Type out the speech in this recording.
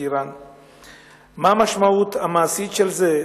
מה המשמעות המעשית של זה?